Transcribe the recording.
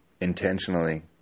intentionally